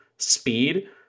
speed